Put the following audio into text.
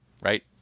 right